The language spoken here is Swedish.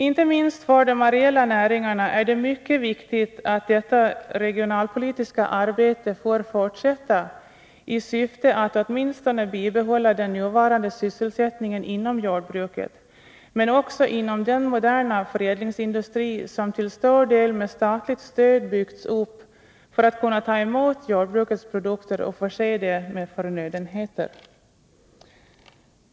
Inte minst för de areella näringarna är det mycket viktigt att detta regionalpolitiska arbete får fortsätta i syfte att man skall kunna bibehålla åtminstone den nuvarande sysselsättningen inom jordbruket men också inom den moderna förädlingsindustri som till stor del med statligt stöd byggts upp för att kunna ta emot jordbrukets produkter och förse det med förnödenheter.